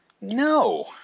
No